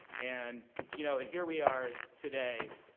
and you know and here we are today.